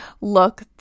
look